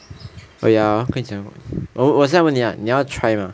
oh ya oh 跟你讲过我问我现在问你 lah 你要 try mah